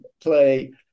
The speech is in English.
play